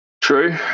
True